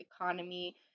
economy